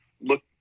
look